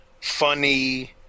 funny